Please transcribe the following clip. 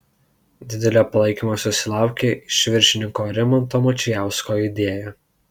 didelio palaikymo susilaukė iš viršininko rimanto mačijausko idėja